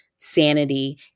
sanity